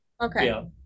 Okay